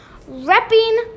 repping